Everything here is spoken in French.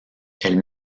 elle